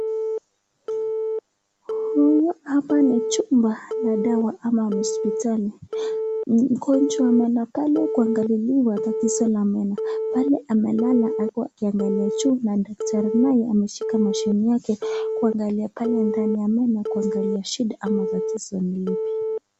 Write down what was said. Hapa ni chumba la dawa ama hosipitali, mgonjwa ameenda pale kuangaliliwa tatizo la meno, pale amelala huku akiangalia juu na daktari naye ameshika machine yake kuangalia pale ndani ya meno kuangalia shida ama tatizo ni lipi.